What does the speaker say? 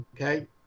Okay